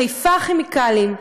"חיפה כימיקלים",